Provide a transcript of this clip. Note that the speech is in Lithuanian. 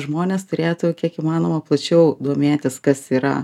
žmonės turėtų kiek įmanoma plačiau domėtis kas yra